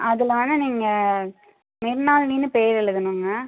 அதில் வந்து நீங்கள் நிர்மாலினின்னு பேர் எழுதுணுங்க